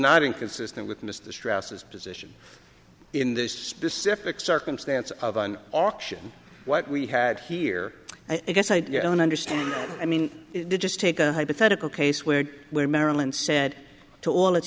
not inconsistent with mr strauss his position in this specific circumstance of an auction what we had here i guess i don't understand i mean to just take a hypothetical case where where maryland said to all its